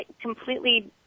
completely